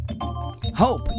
Hope